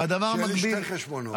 שיהיו שני חשבונות.